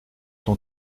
ton